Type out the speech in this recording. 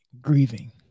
grieving